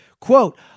Quote